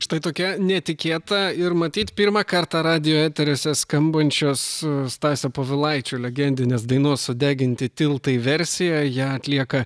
štai tokia netikėta ir matyt pirmą kartą radijo eteriuose skambančios stasio povilaičio legendinės dainos sudeginti tiltai versija ją atlieka